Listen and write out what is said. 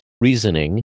reasoning